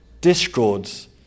discords